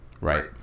Right